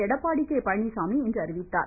எடப்பாடி பழனிச்சாமி இன்று அறிவித்தார்